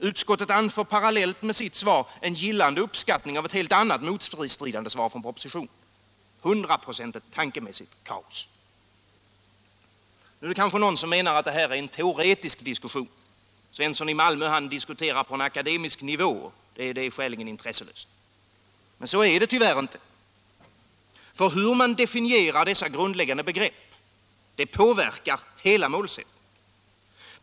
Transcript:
Utskottet anför parallellt med sitt svar en gillande bedömning av ett annat och helt motstridande svar i propositionen. Hundraprocentigt tankemässigt kaos råder. Nu menar kanske någon att detta är en teoretisk diskussion, att herr Svensson i Malmö diskuterar från akademisk nivå och att det är skäligen intresselöst. Nej, så är det tyvärr inte. För hur man definierar dessa grundläggande begrepp påverkar hela målsättningen.